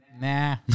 nah